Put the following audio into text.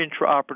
intraoperative